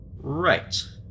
Right